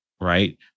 right